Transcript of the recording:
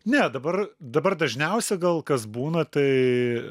ne dabar dabar dažniausia gal kas būna tai